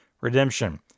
redemption